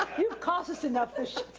caused us enough